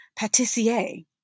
pâtissier